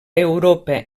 europa